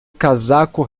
casaco